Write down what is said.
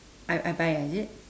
I I buy eh is it